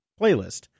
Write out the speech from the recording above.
playlist